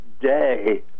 day